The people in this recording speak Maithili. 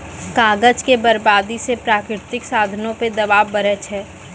कागज के बरबादी से प्राकृतिक साधनो पे दवाब बढ़ै छै